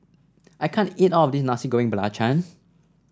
I can't eat all of this Nasi Goreng Belacan